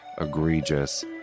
egregious